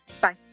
bye